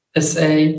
SA